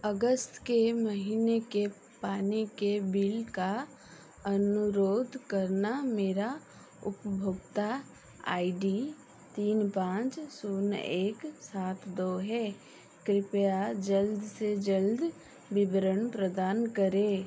अगस्त के महीने के पानी के बिल का अनुरोध करना मेरी उपभोक्ता आई डी तीन पाँच शून्य एक सात दो है कृपया जल्द से जल्द विवरण प्रदान करें